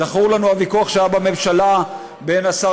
זכור לנו הוויכוח שהיה בממשלה בין השר